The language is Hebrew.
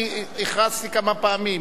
הכרזתי כמה פעמים.